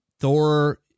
Thor